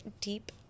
deep